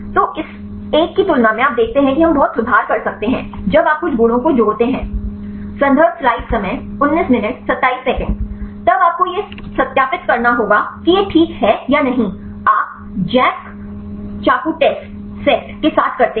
तो इस एक की तुलना में आप देखते हैं कि हम बहुत तब आपको यह सत्यापित करना होगा कि यह ठीक है या नहीं आप जैक चाकू टेस्ट सेट के साथ करते हैं